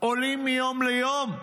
עולים מיום ליום.